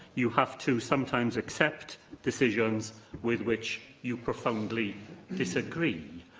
you have to sometimes accept decisions with which you profoundly disagree.